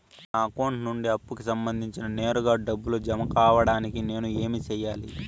నా అకౌంట్ నుండి అప్పుకి సంబంధించి నేరుగా డబ్బులు జామ కావడానికి నేను ఏమి సెయ్యాలి?